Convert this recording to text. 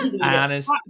honest